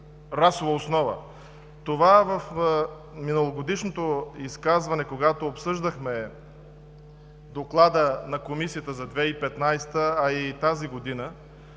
Това в миналогодишното изказване, когато обсъждахме Доклада на Комисията за 2015 г., а и тази година,